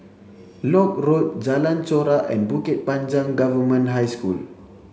Lock Road Jalan Chorak and Bukit Panjang Government High School